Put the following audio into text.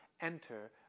enter